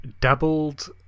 dabbled